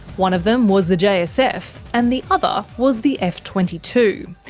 one of them was the jsf, and the other was the f twenty two.